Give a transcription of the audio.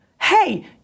hey